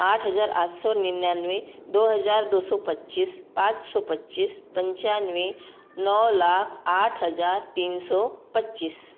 आठ हज़ार आठ सौ निन्यानवे दो हज़ार दो सौ पच्चीस पाँच सौ पच्चीस पंचानवे नौ लाख आठ हज़ार तीन सौ पच्चीस